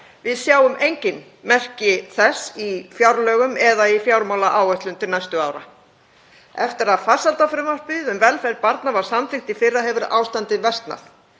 Við sjáum engin merki þess í fjárlögum eða í fjármálaáætlun til næstu ára. Eftir að farsældarfrumvarpið um velferð barna var samþykkt í fyrra hefur ástandið versnað.